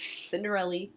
Cinderella